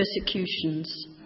persecutions